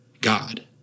God